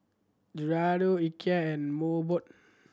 Giordano Ikea and Mobot